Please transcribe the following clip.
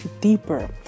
deeper